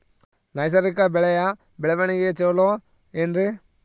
ನೈಸರ್ಗಿಕ ಬೆಳೆಯ ಬೆಳವಣಿಗೆ ಚೊಲೊ ಏನ್ರಿ?